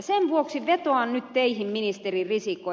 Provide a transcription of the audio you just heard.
sen vuoksi vetoan nyt teihin ministeri risikko